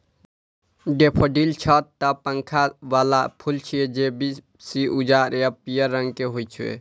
daffodil छह टा पंख बला फूल छियै, जे बेसी उज्जर आ पीयर रंग के होइ छै